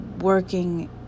working